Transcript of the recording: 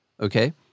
Okay